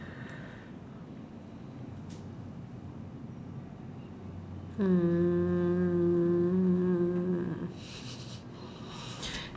mm